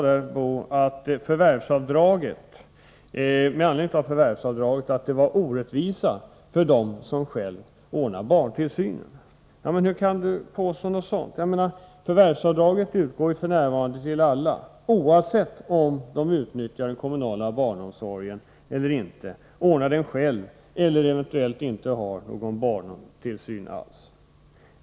Han sade med anledning av förvärvsavdraget att det var orättvist för dem som själva ordnade barntillsynen. Hur kan Bo Lundgren påstå något sådant? Förvärvsavdraget utgår f.n. till alla, oavsett om de utnyttjar den kommunala barnomsorgen eller inte, oavsett om de ordnar barnomsorgen själva eller eventuellt inte har någon barntillsyn alls.